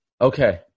Okay